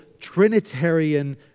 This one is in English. Trinitarian